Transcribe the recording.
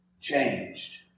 changed